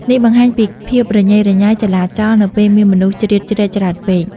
នេះបង្ហាញពីភាពរញ៉េរញ៉ៃ ចលាចល នៅពេលមានមនុស្សជ្រៀតជ្រែកច្រើនពេក។